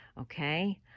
okay